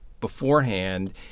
beforehand